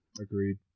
Agreed